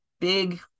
big